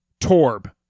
Torb